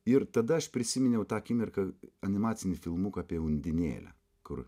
ir tada aš prisiminiau tą akimirką animacinį filmuką apie undinėlę kur